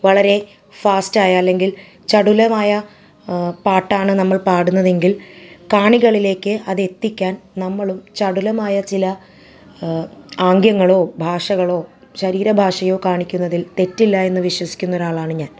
വളരെ ഫാസ്റ്റ് ആയി അല്ലെങ്കിൽ ചടുലമായ പാട്ടാണ് നമ്മൾ പാടുന്നതെങ്കിൽ കാണികളിലേക്ക് അത് എത്തിക്കാൻ നമ്മളും ചടുലമായ ചില ആംഗ്യങ്ങളോ ഭാഷകളോ ശരീരഭാഷയോ കാണിക്കുന്നതിൽ തെറ്റില്ല എന്നു വിശ്വസിക്കുന്ന ഒരാളാണ് ഞാൻ